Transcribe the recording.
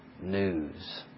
News